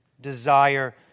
desire